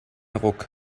ruck